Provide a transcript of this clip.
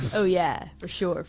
oh yeah, for sure.